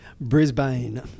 Brisbane